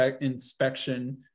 inspection